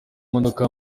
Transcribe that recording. modoka